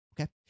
okay